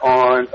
on